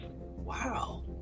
Wow